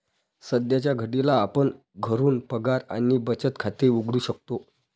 सध्याच्या घडीला आपण घरून पगार आणि बचत खाते उघडू शकतो